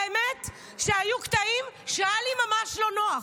והאמת שהיו קטעים שהיה לי ממש לא נוח,